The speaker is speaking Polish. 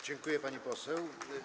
Dziękuję, pani poseł.